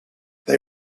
they